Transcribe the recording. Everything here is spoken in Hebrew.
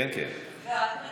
נדב